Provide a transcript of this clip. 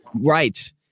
Right